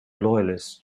loyalist